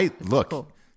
Look